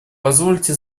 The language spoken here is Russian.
позвольте